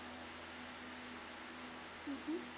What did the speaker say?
mmhmm